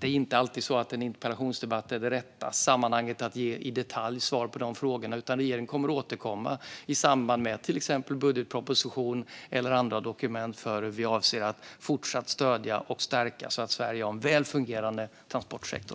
är det inte alltid en interpellationsdebatt är rätt sammanhang att i detalj ge svar på dessa frågor. Regeringen kommer att återkomma, exempelvis i samband med budgetpropositionen eller andra dokument, med hur vi avser att fortsätta stödja och stärka så att Sverige har en väl fungerande transportsektor.